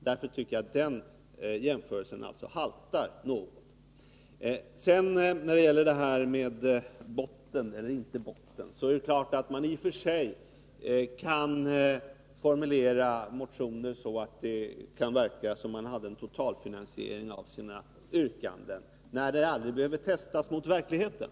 Därför tycker jag att den jämförelsen haltar något. När det sedan gäller frågan om det finns en botten i vpk:s kassakista eller inte är det i och för sig sant att man kan formulera motioner på ett sådant sätt att det kan verka som om man hade en totalfinansiering av sina yrkanden, när de aldrig behöver testas mot verkligheten.